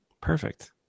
Perfect